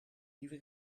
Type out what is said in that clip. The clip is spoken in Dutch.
nieuwe